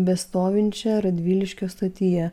bestovinčią radviliškio stotyje